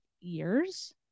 years